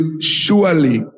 surely